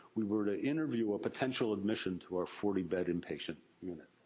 we were to interview a potential admission to our forty bed inpatient unit.